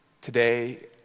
today